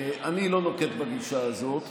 אני לא נוקט את הגישה הזאת.